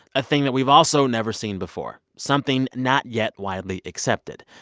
a thing that we've also never seen before something not yet widely accepted,